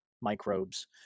microbes